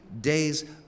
days